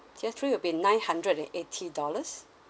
tier three will be nine hundred and eighty dollars